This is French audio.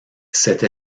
cette